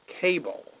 Cable